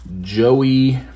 Joey